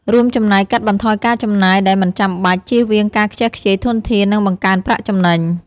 រួមចំណែកកាត់បន្ថយការចំណាយដែលមិនចាំបាច់ ជៀសវាងការខ្ជះខ្ជាយធនធាន និងបង្កើនប្រាក់ចំណេញ។